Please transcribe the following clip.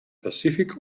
pacific